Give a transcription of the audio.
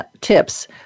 tips